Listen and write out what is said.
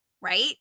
right